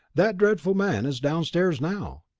that dreadful man is downstairs now!